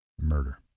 murder